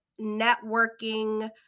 networking